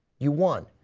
you won.